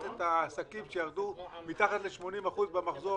את העסקים שירדו מתחת ל-80% במחזור,